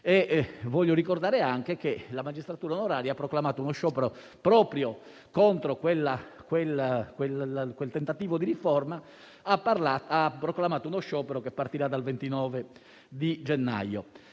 Voglio ricordare anche che la magistratura onoraria ha proclamato uno sciopero, proprio contro quel tentativo di riforma, che partirà il 29 gennaio.